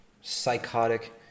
psychotic